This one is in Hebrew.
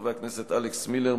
חברי הכנסת אלכס מילר,